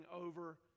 over